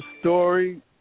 story